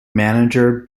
manager